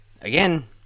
again